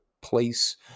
place